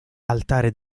altare